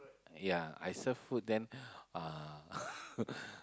ya I serve food then uh